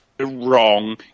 wrong